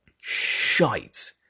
shite